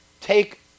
take